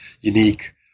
unique